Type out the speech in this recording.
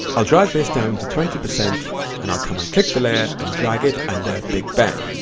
i'll drag this down to twenty percent and i'll come and click the layer and drag it under big ben,